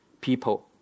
People